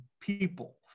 people